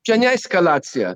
čia ne eskalacija